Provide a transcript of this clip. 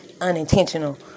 unintentional